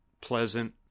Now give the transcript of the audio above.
pleasant